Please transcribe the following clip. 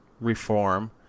reform